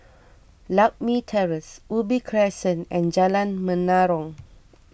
Lakme Terrace Ubi Crescent and Jalan Menarong